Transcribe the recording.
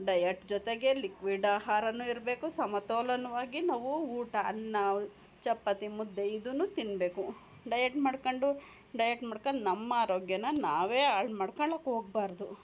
diet ಜೊತೆಗೆ liquid ಆಹಾರವೂ ಇರಬೇಕು ಸಮತೋಲನವಾಗಿ ನಾವು ಊಟ ಅನ್ನ ಚಪಾತಿ ಮುದ್ದೆ ಇದನ್ನೂ ತಿನ್ನಬೇಕು ಡಯಟ್ ಮಾಡ್ಕೊಂಡು ಡಯಟ್ ಮಾಡ್ಕೊಂಡು ನಮ್ಮ ಆರೋಗ್ಯನ ನಾವೇ ಹಾಳು ಮಾಡ್ಕೊಳ್ಳೋಕೆ ಹೋಗ್ಬಾರ್ದು